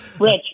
Rich